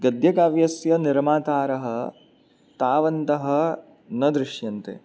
गद्यकाव्यस्य निर्मातारः तावन्तः न दृश्यन्ते